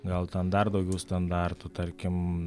gal ten dar daugiau standartų tarkim